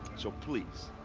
so please.